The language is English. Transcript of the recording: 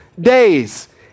days